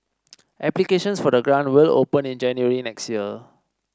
applications for the grant will open in January next year